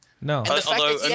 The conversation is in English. No